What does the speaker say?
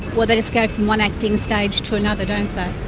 well they escape from one acting stage to another, don't